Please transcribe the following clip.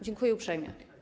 Dziękuję uprzejmie.